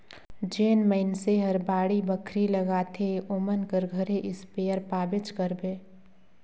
जेन मइनसे हर बाड़ी बखरी लगाथे ओमन कर घरे इस्पेयर पाबेच करबे